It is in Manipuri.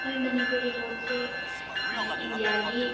ꯍꯣꯏ ꯃꯅꯤꯄꯨꯔꯤ ꯂꯣꯟꯁꯦ ꯏꯟꯗꯤꯌꯥꯒꯤ